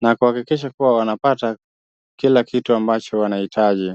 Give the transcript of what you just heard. na kuhakikisha kuwa wanapata kila kitu ambacho wanahitaji.